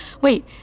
Wait